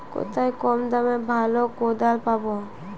কোথায় কম দামে ভালো কোদাল পাব?